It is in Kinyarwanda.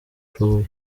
ushoboye